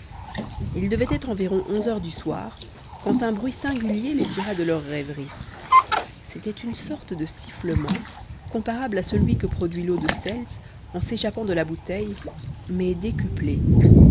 il devait être environ onze heures du soir quand un bruit singulier les tira de leur rêverie c'était une sorte de sifflement comparable à celui que produit l'eau de seltz en s'échappant de la bouteille mais décuplé